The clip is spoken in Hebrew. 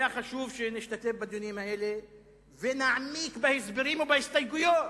היה חשוב שנשתתף בדיונים האלה ונעמיק בהסברים ובהסתייגויות,